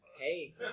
Hey